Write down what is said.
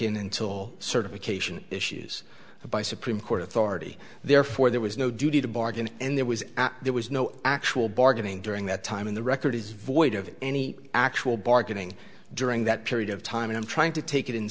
in until certification issues by supreme court authority therefore there was no duty to bargain and there was there was no actual bargaining during that time in the record is void of any actual bargaining during that period of time trying to take it in